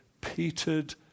petered